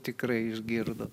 tikrai išgirdo